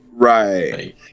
right